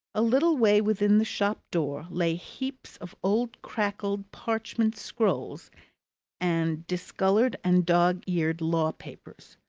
a little way within the shop-door lay heaps of old crackled parchment scrolls and discoloured and dog's-eared law-papers.